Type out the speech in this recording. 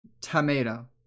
Tomato